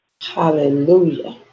Hallelujah